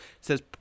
says